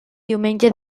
diumenge